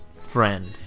friend